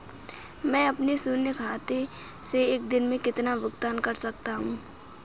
मैं अपने शून्य खाते से एक दिन में कितना भुगतान कर सकता हूँ?